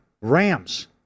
Rams